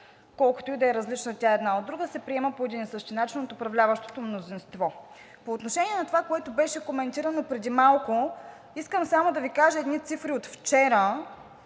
колкото и да е различна тя една от друга, се приема по един и същи начин от управляващото мнозинство. По отношение на това, което беше коментирано преди малко, искам само да Ви кажа едни цифри от вчера.